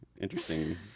interesting